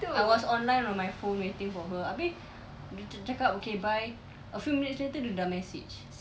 I was online on my phone waiting for her abeh dia cakap okay bye a few minutes later dia dah message